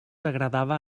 agradava